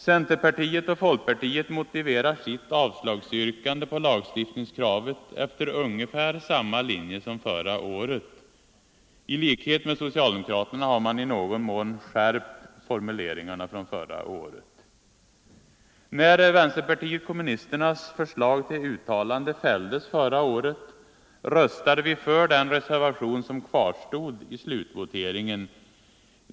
Centerpartiet och folkpartiet motiverar sitt yrkande om avslag på lagstiftningskravet efter ungefär samma linje som i fjol. I likhet med socialdemokraterna har man i någon mån skärpt formuleringarna från förra året. När vänsterpartiet kommunisternas förslag till uttalande fälldes förra året, röstade vi för den reservation som kvarstod i slutvoteringen.